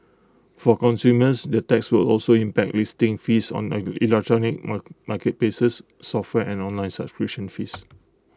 for consumers the tax will also impact listing fees on electronic mark marketplaces software and online subscription fees